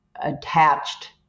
attached